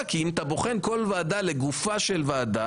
כי אם אתה בוחן כל ועדה לגופה של ועדה,